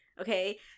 Okay